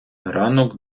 ранок